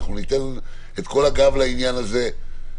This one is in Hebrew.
אנחנו ניתן את כל הגב לעניין הזה.